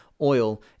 oil